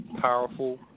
powerful